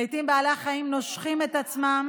לעיתים בעלי החיים נושכים את עצמם